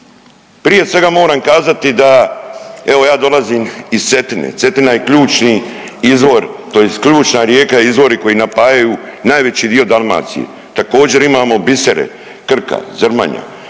Prije svega moram kazati da evo ja dolazim iz Cetine, Cetina je ključni izvor tj. ključna rijeka i izvori koji napajaju najveći dio Dalmacije. Također imamo bisere Krka, Zrmanja